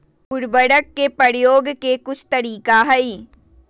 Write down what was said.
उरवरक के परयोग के कुछ तरीका हई